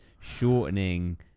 shortening